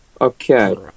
Okay